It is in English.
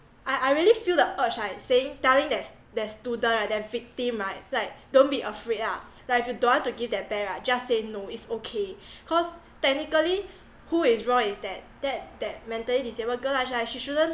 I I really feel the urge like saying telling that that student right that victim right like don't be afraid ah like if you don't want to give that bear right just say no it's okay cause technically who is wrong is that that that mentally disabled girl lah like she shouldn't